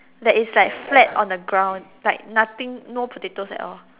that is like flat on the ground like nothing no potatoes at all